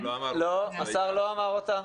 לא, השר לא עשה זאת.